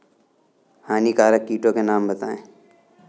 हानिकारक कीटों के नाम बताएँ?